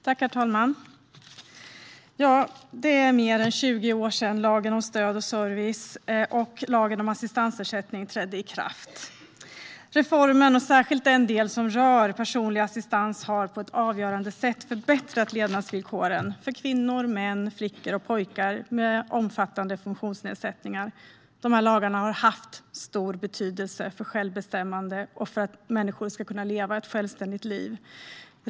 Herr talman! Det är mer än 20 år sedan lagen om stöd och service och lagen om assistansersättning trädde i kraft. Denna reform, särskilt den del som rör personlig assistans, har på ett avgörande sätt förbättrat levnadsvillkoren för kvinnor, män, flickor och pojkar med omfattande funktionsnedsättningar. De här lagarna har haft stor betydelse för självbestämmande och för att människor ska kunna leva ett självständigt liv.